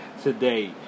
Today